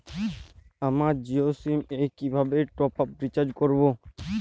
আমার জিও সিম এ কিভাবে টপ আপ রিচার্জ করবো?